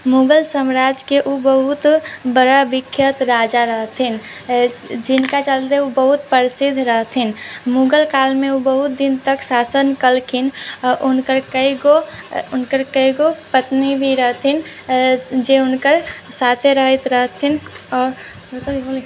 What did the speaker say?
मुगल साम्राज्यके ओ बहुत बड़ा विख्यात राजा रहथिन जिनका चलते ओ बहुत प्रसिद्ध रहथिन मुगल कालमे ओ बहुत दिन तक शासन कलखिन आ हुनकर कए गो हुनकर कए गो पत्नी भी रहथिन जे हुनकर साथे रहैथ रहथिन आओर